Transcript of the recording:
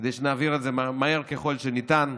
כדי שנעביר את זה מהר ככל שניתן,